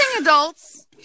adults